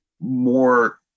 more